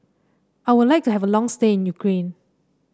I would like to have a long stay in Ukraine